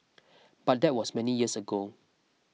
but that was many years ago